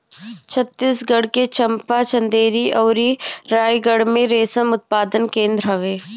छतीसगढ़ के चंपा, चंदेरी अउरी रायगढ़ में रेशम उत्पादन केंद्र हवे